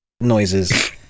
noises